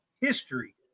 history